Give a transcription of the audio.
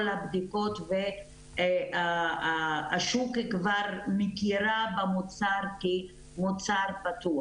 הבדיקות והשוק כבר מכיר במוצר כמוצר בטוח,